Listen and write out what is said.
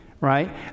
right